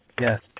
Yes